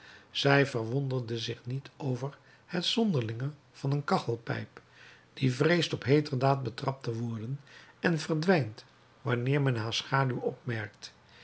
zij verwonderde zich niet over het zonderlinge van een kachelpijp die vreest op heeter daad betrapt te worden en verdwijnt wanneer men haar schaduw opmerkt